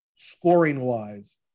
scoring-wise